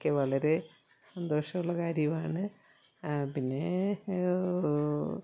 ഒക്കെ വളരെ സന്തോഷമുള്ള കാര്യമാണ് പിന്നെ